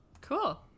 Cool